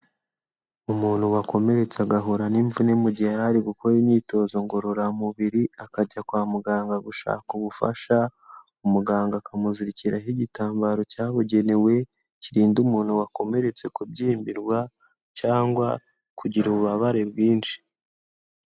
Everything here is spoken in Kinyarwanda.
Umuntu wakomereretse agahura n'imvune mu gihe yari ari gukora imyitozo ngororamubiri, akajya kwa muganga gushaka ubufasha, umuganga akamuzirikiraraho igitambaro cyabugenewe, kirinda umuntu wakomeretse kubyimbirwa, cyangwa kugira ububabare bwinshi.